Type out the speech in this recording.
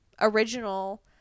original